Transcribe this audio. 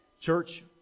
church